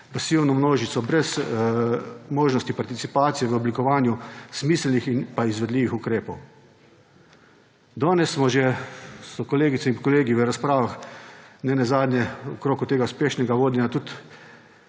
pasivno množico brez možnosti participacije v oblikovanju smiselnih pa izvedljivih ukrepov. Danes so že kolegice in kolegi v razpravah nenazadnje okoli tega uspešnega vodenja tudi